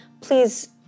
please